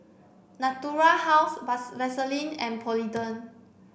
Natura House Vaselin and Polident